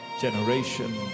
generation